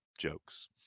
jokes